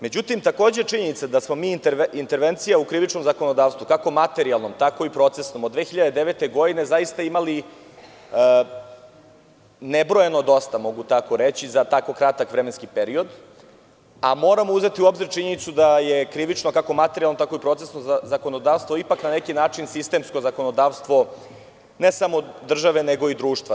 Međutim, takođe je činjenica da smo mi intervencije u krivičnom zakonodavstvu, kako materijalnom tako i procesnom, od 2009. godine, zaista imali nebrojeno dosta, mogu tako reći, za tako kratak vremenski period, a moramo uzeti u obzir činjenicu da je krivično, kako materijalno, tako i procesno zakonodavstvo ipak na neki način sistemsko zakonodavstvo ne samo od države nego i društva.